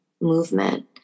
movement